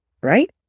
right